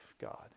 God